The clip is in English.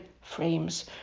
frames